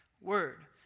Word